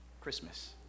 Christmas